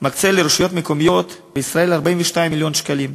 מקצה לרשויות המקומיות בישראל 42 מיליון שקלים,